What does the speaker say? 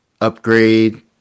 upgrade